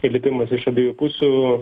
įlipimas iš abiejų pusių